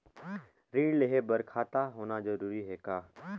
ऋण लेहे बर खाता होना जरूरी ह का?